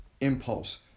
impulse